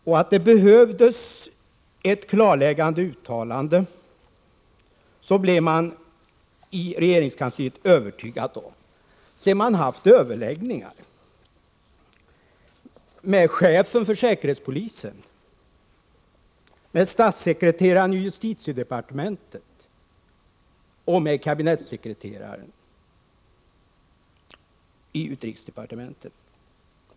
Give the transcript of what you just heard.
Man blev i regeringskansliet övertygad om att det behövdes ett klargörande uttalande sedan man haft överläggningar med chefen för säkerhetspolisen, med statssekreteraren i justitiedepartementet och med kabinettssekreteraren i utrikesdepartementet.